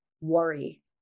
worry